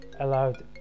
allowed